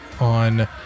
on